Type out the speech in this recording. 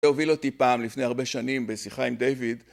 הוביל אותי פעם, לפני הרבה שנים, בשיחה עם דיויד